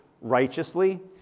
righteously